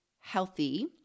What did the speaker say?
healthy